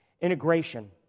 Integration